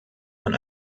man